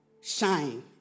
Shine